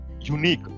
unique